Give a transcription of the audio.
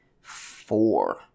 four